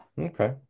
Okay